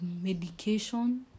medication